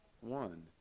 One